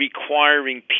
requiring